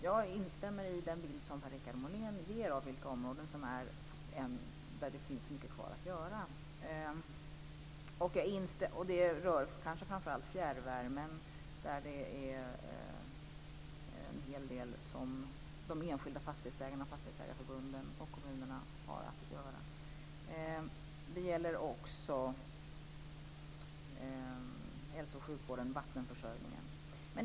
Jag instämmer alltså i den bild som Per-Richard Molén ger av de områden där det finns mycket kvar att göra. Det rör kanske framför allt fjärrvärmen, där det är en hel del som de enskilda fastighetsägarna, fastighetsägareförbunden och kommunerna har att göra. Det gäller också hälsooch sjukvården och vattenförsörjningen.